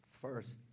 First